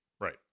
right